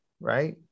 right